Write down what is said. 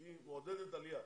שהיא מעודדת עלייה.